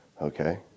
okay